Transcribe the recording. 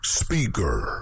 speaker